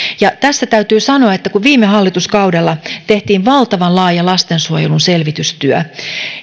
tässä täytyy sanoa että kun viime hallituskaudella tehtiin valtavan laaja lastensuojelun selvitystyö